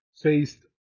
faced